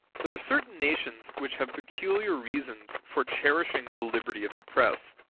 there are certain nations which have peculiar reasons for cherishing the liberty of the press,